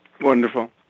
Wonderful